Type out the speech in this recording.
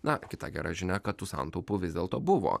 na kita gera žinia kad tų santaupų vis dėlto buvo